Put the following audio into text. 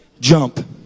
jump